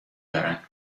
دارند